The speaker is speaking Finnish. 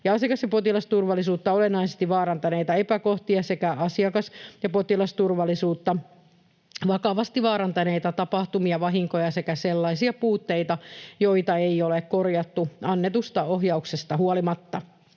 asiakas- ja potilasturvallisuutta olennaisesti vaarantaneita epäkohtia sekä asiakas- ja potilasturvallisuutta vakavasti vaarantaneita tapahtumia, vahinkoja sekä sellaisia puutteita, joita ei ole korjattu annetusta ohjauksesta huolimatta.